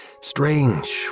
Strange